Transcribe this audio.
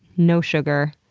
no sugar.